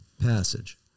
passage